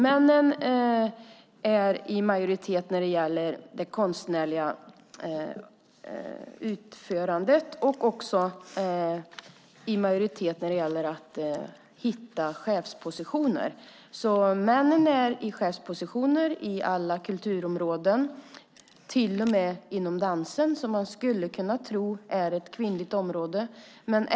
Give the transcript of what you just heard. Männen är i majoritet när det gäller det konstnärliga utförandet och också i majoritet när det gäller att hitta chefspositioner. Männen är i chefspositioner på alla kulturområden, till och med inom dansen som man skulle kunna tro är ett kvinnligt område.